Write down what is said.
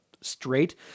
straight